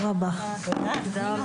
הישיבה ננעלה בשעה 10:02.